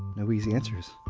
no easy answers